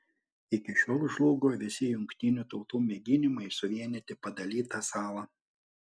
iki šiol žlugo visi jungtinių tautų mėginimai suvienyti padalytą salą